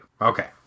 Okay